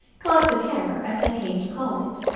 caught the terror, as i came to call it,